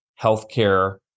healthcare